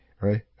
Right